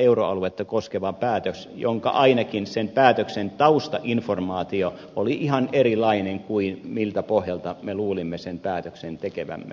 euroaluetta koskevan päätöksen jonka päätöksen taustainformaatio oli ainakin ihan erilainen kuin miltä pohjalta me luulimme sen päätöksen tekevämme